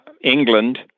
England